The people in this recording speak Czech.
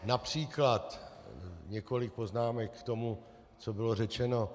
Například několik poznámek k tomu, co bylo řečeno.